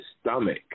stomach